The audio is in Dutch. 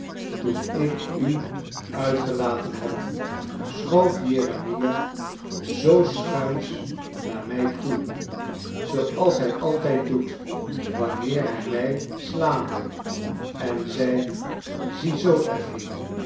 toen ik u uitgelaten had schoof jeremia zoo schuins naar mij toe zooals hij altijd doet wanneer hij mij slaan wil en zei ziezoo